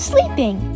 Sleeping